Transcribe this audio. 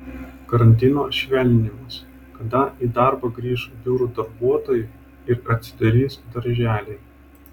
karantino švelninimas kada į darbą grįš biurų darbuotojai ir atsidarys darželiai